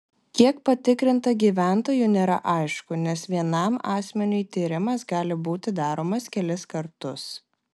kiek patikrinta gyventojų nėra aišku nes vienam asmeniui tyrimas gali būti daromas kelis kartus